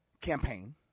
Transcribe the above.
campaign